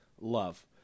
love